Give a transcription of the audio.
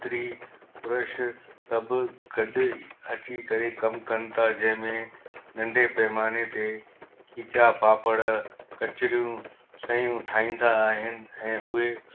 स्त्री पुरुष सभु गॾु अची करे कमु कनि था जंहिंमें नंढे पैमाने ते खिचा पापड़ कचरियूं सइयूं ठाहींदा आहिनि ऐं उहे